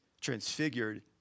transfigured